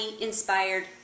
Inspired